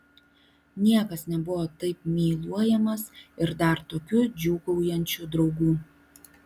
niekas nebuvo taip myluojamas ir dar tokių džiūgaujančių draugų